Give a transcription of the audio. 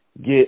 get